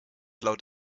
laut